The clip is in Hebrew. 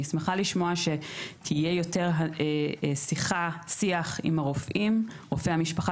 אני שמחה לשמוע שיהיה יותר שיח עם רופאי המשפחה,